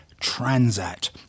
Transat